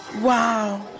Wow